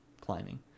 climbing